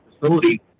facility